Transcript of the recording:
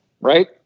right